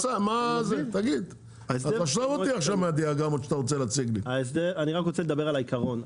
אני רק רוצה לדבר על העיקרון.